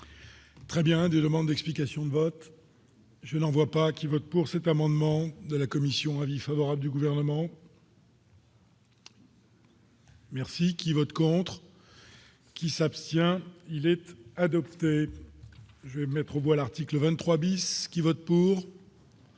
Très bien, des demandes d'explications de vote. Je n'en vois pas qui votent pour cet amendement de la commission avis favorable du gouvernement. Merci qui vote contre. Qui s'abstient-il être adopté, je vais mettre au bout à l'article 23 bis, ceux qui votent pour.